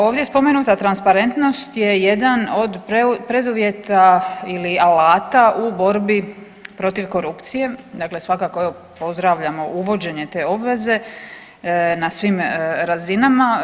Ovdje spomenuta transparentnost je jedan od preduvjeta ili alata u borbi protiv korupcije, dakle svakako evo pozdravljamo uvođenje te obveze na svim razinama.